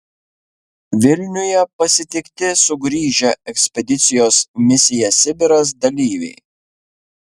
vilniuje pasitikti sugrįžę ekspedicijos misija sibiras dalyviai